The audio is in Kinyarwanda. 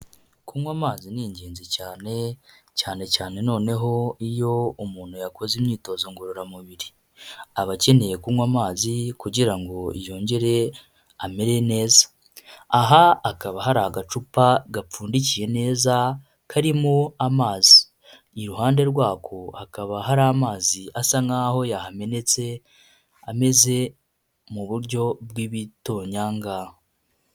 Kunywa amazi ni ingenzi cyane, cyane cyane noneho iyo umuntu yakoze imyitozo ngororamubiri, aba akeneye kunywa amazi kugira ngo yongere amere neza, aha hakaba hari agacupa gapfundikiye neza karimo amazi, iruhande rwako hakaba hari amazi asa nkaho yahamenetse ameze mu buryo bw'ibitonyanga.